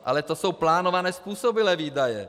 Ale to jsou plánované způsobilé výdaje.